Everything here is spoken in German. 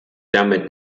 damit